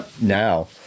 now